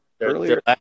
earlier